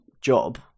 job